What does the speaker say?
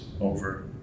over